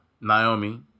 Naomi